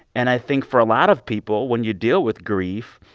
and i think for a lot of people, when you deal with grief,